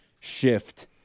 shift –